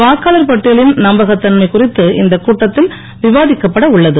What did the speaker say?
வாக்காளர் பட்டியலின் நம்பகத்தன்மை குறித்து இந்தக் கூட்டத்தில் விவாதிக்கப்பட உள்ளது